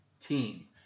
Team